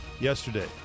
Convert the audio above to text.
yesterday